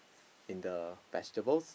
in the vegetables